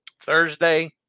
Thursday